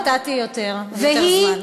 כבר נתתי יותר זמן.